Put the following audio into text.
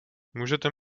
můžete